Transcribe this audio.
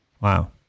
Wow